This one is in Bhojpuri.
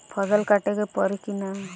फसल काटे के परी कि न?